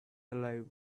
alive